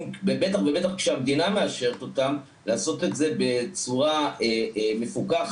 בטח ובטח כשהמדינה מאשרת אותם לעשות את זה בצורה מפוקחת,